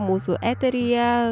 mūsų eteryje